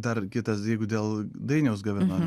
dar kitas jeigu dėl dainiaus gavenonio